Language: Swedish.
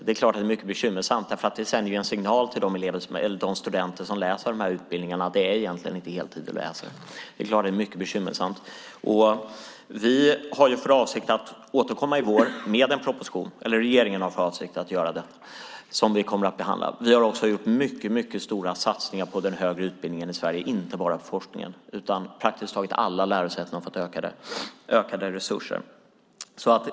Det är mycket bekymmersamt, för det sänder en signal till de studenter som läser de här utbildningarna att de egentligen inte läser på heltid. Regeringen har för avsikt att återkomma i vår med en proposition som vi kommer att behandla. Vi har också gjort mycket stora satsningar på den högre utbildningen i Sverige, inte bara på forskningen. Praktiskt taget alla lärosäten har fått ökade resurser.